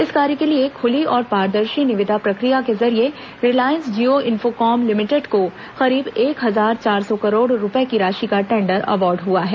इस कार्य के लिए खुली और पारदर्शी निविदा प्रक्रिया के जरिए रिलायंस जियो इंफोकॉम लिमिटेड को करीब एक हजार चार सौ करोड़ रूपए की राशि का टेंडर अवार्ड हुआ है